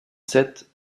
sept